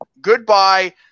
goodbye